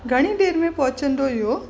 घणी देरि में पहुचंदो इहो